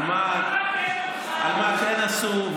על מה כן עשו,